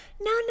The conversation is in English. No